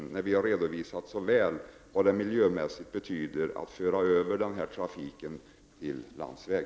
Vi har ju redovisat så väl vad det betyder miljömässigt att föra över trafiken till landsväg.